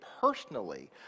personally